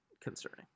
concerning